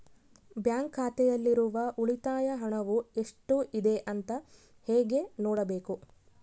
Bank ಖಾತೆಯಲ್ಲಿರುವ ಉಳಿತಾಯ ಹಣವು ಎಷ್ಟುಇದೆ ಅಂತ ಹೇಗೆ ನೋಡಬೇಕು?